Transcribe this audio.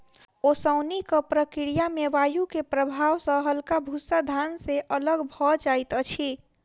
ओसौनिक प्रक्रिया में वायु के प्रभाव सॅ हल्का भूस्सा धान से अलग भअ जाइत अछि